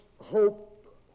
hope